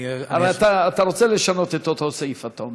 אתה רוצה לשנות את אותו סעיף, אתה אומר.